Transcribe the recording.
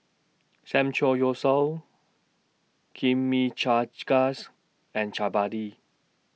Samgeyopsal Chimichangas and Chapati